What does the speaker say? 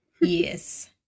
Yes